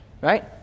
Right